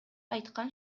айткан